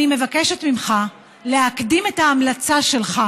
אני מבקשת ממך להקדים את ההמלצה שלך